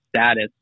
status